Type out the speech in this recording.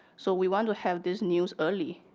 so we want to have this news early.